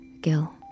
Gil